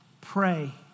Pray